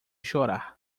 chorar